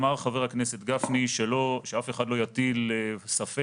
אמר חבר הכנסת גפני שאף אחד לא יטיל ספק